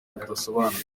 budasobanutse